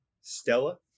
Stella